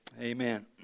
amen